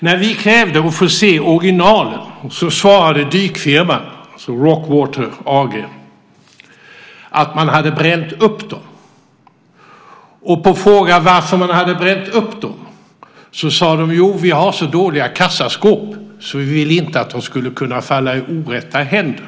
När vi krävde att få se originalen svarade dykfirman, Rockwater AS, att man hade bränt upp dem. På frågan varför man hade bränt upp dem sade de: Vi har så dåliga kassaskåp och vi vill inte att de skulle komma i orätta händer.